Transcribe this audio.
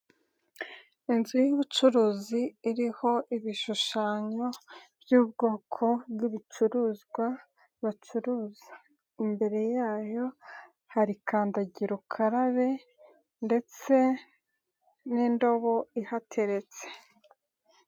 Inzu y'ubucuruzi iriho ibishushanyo by'ubwoko bw'ibicuruzwa bacuruza. Imbere yayo hari kandagira ukarabe ndetse n'indobo ihateretse.